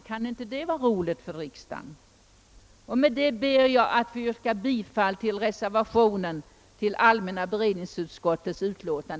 Kunde inte det vara roligt för riksdagen? Herr talman! Jag ber att få yrka bifall till reservationen.